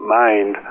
mind